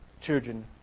children